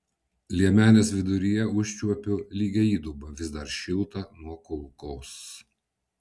liemenės viduryje užčiuopiu lygią įdubą vis dar šiltą nuo kulkos